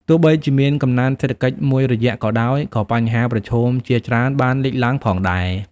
ទោះបីជាមានកំណើនសេដ្ឋកិច្ចមួយរយៈក៏ដោយ ក៏បញ្ហាប្រឈមជាច្រើនបានលេចឡើងផងដែរ។